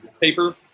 paper